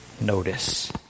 notice